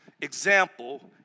example